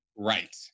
Right